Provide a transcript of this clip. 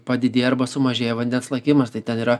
padidėja arba sumažėja vandens lakimas tai ten yra